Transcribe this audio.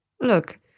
Look